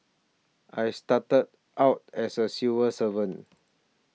I started out as a civil servant